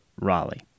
Raleigh